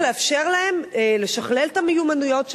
צריך לאפשר להם לשכלל את המיומנויות שלהם,